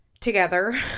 together